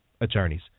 attorneys